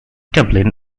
dublin